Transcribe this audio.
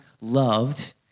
loved